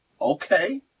okay